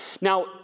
Now